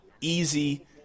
Easy